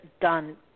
done